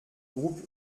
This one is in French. groupe